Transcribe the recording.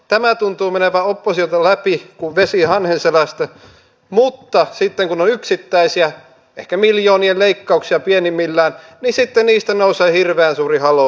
tämä tuntuu menevän oppositiolta läpi kuin vesi hanhen selästä mutta sitten kun on yksittäisiä ehkä miljoonien leikkauksia pienimmillään niin sitten niistä nousee hirveän suuri haloo